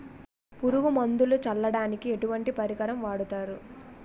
పురుగు మందులు చల్లడానికి ఎటువంటి పరికరం వాడతారు?